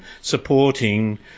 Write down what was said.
supporting